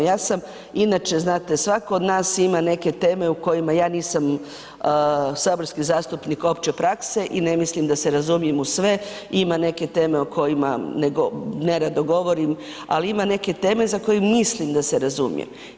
Ja sam inače, znate svatko od nas ima neke teme u kojima ja nisam saborski zastupnik opće prakse i ne mislim da se razumijem u sve, ima neke teme o kojima nerado govorim, ali ima neke teme za koje mislim da se razumijem.